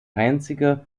einzige